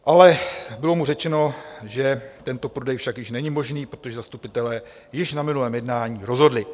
Ale bylo mu řečeno, že tento prodej však již není možný, protože zastupitelé na minulém jednání již rozhodli.